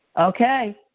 Okay